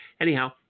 Anyhow